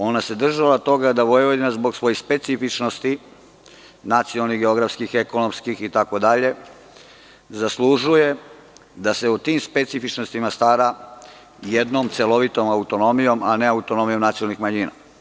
Ona se držala toga da Vojvodina zbog svojih specifičnosti, nacionalnih, geografskih, ekonomskih itd, zaslužuje da se o tim specifičnostima stara jednom celovitom autonomijom, a ne autonomijom nacionalnih manjina.